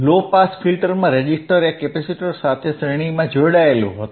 લો pass ફિલ્ટરમાં resistor એ capacitor સાથે શ્રેણી માં જોડાયેલું હતું